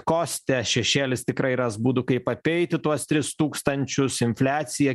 koste šešėlis tikrai ras būdų kaip apeiti tuos tris tūkstančius infliacija